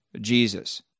Jesus